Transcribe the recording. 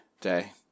day